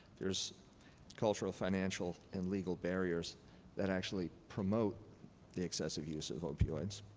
there is cultural, financial, and legal barriers that actually promote the excessive use of opioids.